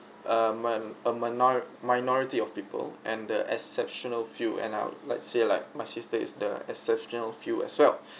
a man a minor minority of people and the exceptional few and I would say like my sister is the exceptional few as well